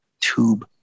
tube